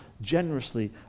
generously